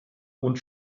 und